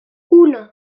uno